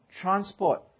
transport